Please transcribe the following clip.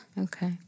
Okay